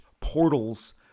portals